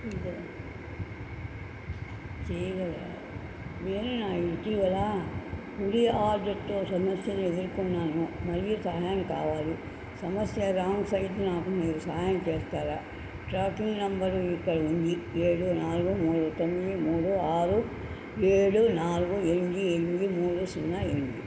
నేను నా ఇటీవల హూడీ ఆర్డర్తో సమస్యలు ఎదుర్కొన్నాను మరియు సహాయం కావాలి సమస్య రాంగ్ సైజు నాకు మీరు సహాయం చేస్తారా ట్రాకింగ్ నంబర్ ఇక్కడ ఉంది ఏడు నాలుగు తొమ్మిది మూడు ఆరు ఏడు నాలుగు ఎనిమిది ఎనిమిది మూడు సున్నా ఎనిమిది